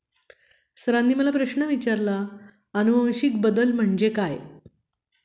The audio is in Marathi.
सरांनी मला प्रश्न विचारला आनुवंशिक बदल म्हणजे काय?